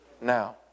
now